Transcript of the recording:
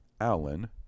Alan